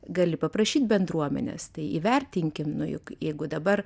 gali paprašyt bendruomenės tai įvertinkim nu juk jeigu dabar